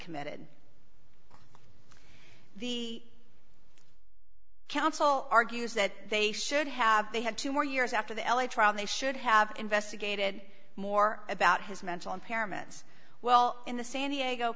committed the counsel argues that they should have they had two more years after the l a trial they should have investigated more about his mental impairments well in the san diego